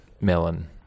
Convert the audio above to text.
melon